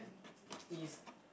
is